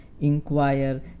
inquire